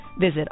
visit